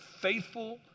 faithful